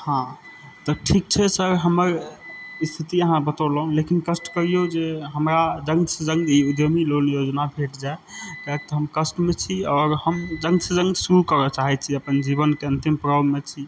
हँ तऽ ठीक छै सर हमर स्थिति अहाँ बतौलहुॅं लेकिन कष्ट करियौ जे हमरा जल्जदीसॅं ई उद्योमी लोन योजना भेट जाए काहेकि हम कष्टमे छी आओर हम जल्द सऽ जल्द शुरू करऽ चाहै छी अपन जीवनके अन्तिम प्रभावमे छी